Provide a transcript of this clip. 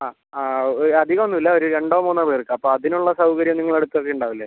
ആ ആ ഒരു അധികം ഒന്നും ഇല്ല ഒരു രണ്ടോ മൂന്നോ പേർക്ക് അപ്പം അതിനുള്ള സൗകര്യം നിങ്ങള അടുത്ത് ഒക്കെ ഉണ്ടാവില്ലേ